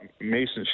Mason